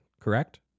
correct